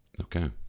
Okay